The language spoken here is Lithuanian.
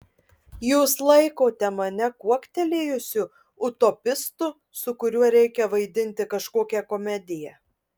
jūs laikote mane kuoktelėjusiu utopistu su kuriuo reikia vaidinti kažkokią komediją